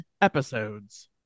episodes